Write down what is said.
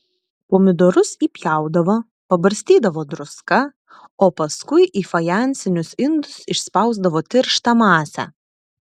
pomidorus įpjaudavo pabarstydavo druska o paskui į fajansinius indus išspausdavo tirštą masę